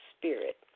spirit